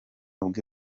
bwe